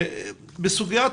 בסוגיית